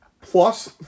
plus